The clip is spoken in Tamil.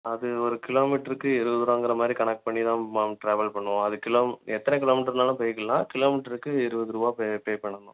அது ஒரு கிலோமீட்டருக்கு இருபதுரூவாங்குற மாதிரி கணக்கு பண்ணிதான் மேம் நாங்கள் ட்ராவல் பண்ணுவோம் அது கிலோ எத்தனை கிலோமீட்டருனாலும் போய்க்கலாம் கிலோமீட்டருக்கு இருபதுரூவா பே பண்ணணும்